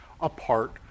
apart